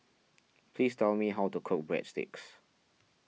please tell me how to cook Breadsticks